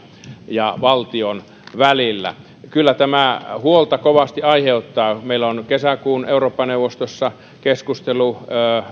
ja valtion välillä kyllä tämä huolta kovasti aiheuttaa meillä on kesäkuun eurooppa neuvostossa keskustelu